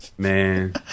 Man